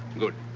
good.